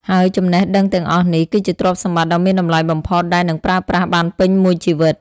ហើយចំណេះដឹងទាំងអស់នេះ គឺជាទ្រព្យសម្បត្តិដ៏មានតម្លៃបំផុតដែលនឹងប្រើប្រាស់បានពេញមួយជីវិត។